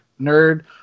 nerd